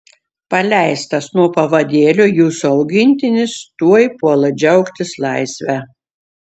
paleistas nuo pavadėlio jūsų augintinis tuoj puola džiaugtis laisve